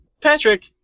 Patrick